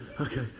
Okay